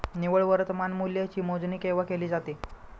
निव्वळ वर्तमान मूल्याची मोजणी केव्हा केली जाते?